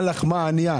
הא לחמא עניא,